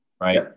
right